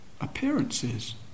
appearances